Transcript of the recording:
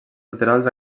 laterals